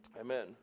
Amen